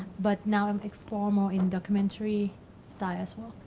but now i'm exploring more in documentary style as well.